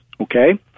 okay